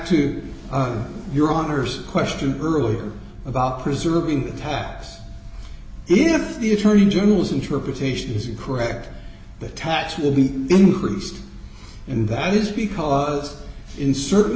to your honor's question earlier about preserving tax if the attorney general's interpretation is correct that tax will be increased and that is because in certain